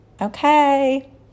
Okay